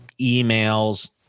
emails